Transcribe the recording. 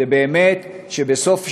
היא באמת שבסוף שנה,